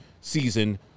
season